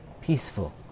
peaceful